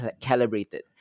calibrated